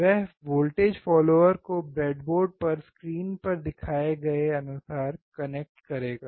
वह voltage follower को breadboard पर स्क्रीन पर दिखाए गए अनुसार कनेक्ट करेगा